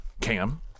Cam